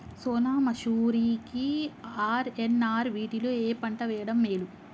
సోనా మాషురి కి ఆర్.ఎన్.ఆర్ వీటిలో ఏ పంట వెయ్యడం మేలు?